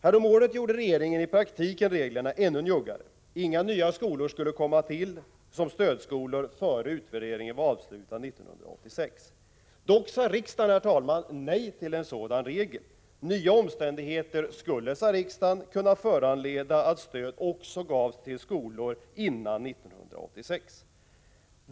Häromåret gjorde regeringen i praktiken reglerna ännu njuggare: inga nya skolor skulle bli stödskolor innan utvärderingen var avslutad 1986. Riksdagen sade dock, herr talman, nej till en sådan regel. Nya omständigheter skulle, sade riksdagen, kunna föranleda att stöd också gavs till skolor före 1986.